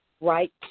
right